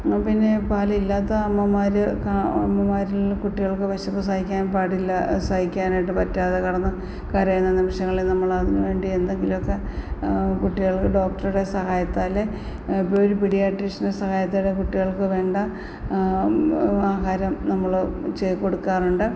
എന്നാൽ പിന്നെ പാലില്ലാത്ത അമ്മമാര് കാ അമ്മമാരിൽ കുട്ടികൾക്ക് വിശപ്പ് സഹിക്കാൻ പാടില്ല സഹിക്കാനായിട്ട് പറ്റാതെ കിടന്ന് കരയുന്ന നിമിഷങ്ങളിൽ നമ്മളതിന് വേണ്ടി എന്തെങ്കിലുവൊക്കെ കുട്ടികൾക്ക് ഡോക്ടറുടെ സഹായത്താല് ഇപ്പം ഒരു പീഡിയാട്രീഷ്യൻ്റെ സഹായത്തോടെ കുട്ടികൾക്ക് വേണ്ട ആഹാരം നമ്മള് ചെയ്ത് കൊടുക്കാറുണ്ട്